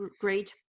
great